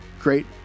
Great